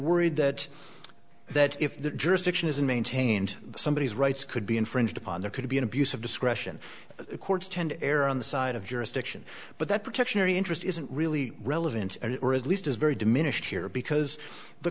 worried that that if the jurisdiction isn't maintained somebody has rights could be infringed upon there could be an abuse of discretion the courts tend to err on the side of jurisdiction but that protection or interest isn't really relevant or at least is very diminished here because the